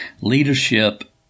Leadership